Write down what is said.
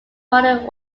modern